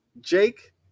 Jake